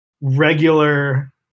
regular